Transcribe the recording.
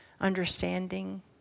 understanding